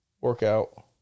Workout